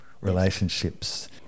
relationships